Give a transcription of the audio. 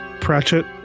Pratchett